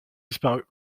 disparue